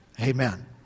Amen